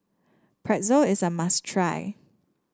pretzel is a must try